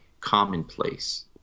commonplace